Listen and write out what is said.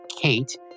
Kate